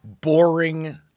boring